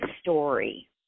story